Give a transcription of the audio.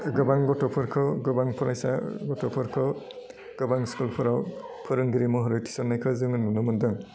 गोबां गथ'फोरखौ गोबां फरायसा गथ'फोरखौ गोबां स्कुलफोराव फोरोंगिरि महरै थिसन्नायखौ जोङो नुनो मोनदों